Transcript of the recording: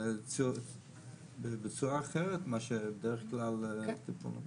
זה בצורה אחרת מאשר בדרך כלל קורה.